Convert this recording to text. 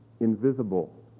invisible